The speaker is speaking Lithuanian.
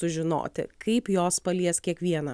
sužinoti kaip jos palies kiekvieną